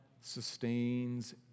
sustains